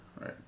Right